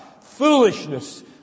foolishness